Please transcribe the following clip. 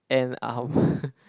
an hour